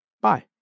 Bye